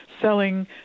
selling